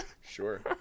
Sure